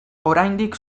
oraindik